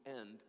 end